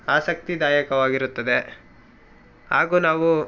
ಆಸಕ್ತಿದಾಯಕವಾಗಿರುತ್ತದೆ ಹಾಗೂ ನಾವು